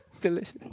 Delicious